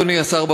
אדוני השר,